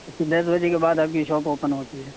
okay دس بجے کے بعد آپ کی شاپ اوپن ہوتی ہے